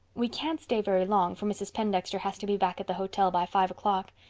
we can't stay very long, for mrs. pendexter has to be back at the hotel by five o'clock.